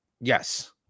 yes